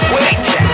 Wait